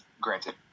granted